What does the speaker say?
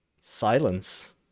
silence